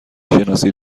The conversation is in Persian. شناسید